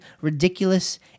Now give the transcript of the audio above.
ridiculous